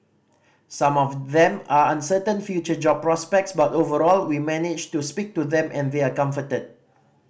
some of them are uncertain future job prospects but overall we managed to speak to them and they are comforted